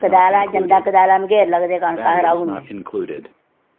कदालै जंदे कदालै जंदे मघेर च अस कनक राही छोड़ने